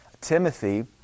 Timothy